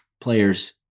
players